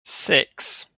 six